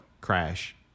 crash